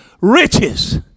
riches